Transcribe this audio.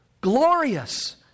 glorious